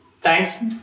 Thanks